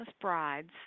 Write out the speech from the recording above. Brides